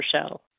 Shell